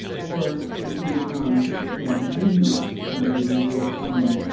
or if he um you know he knew he was somebody who was overcoming,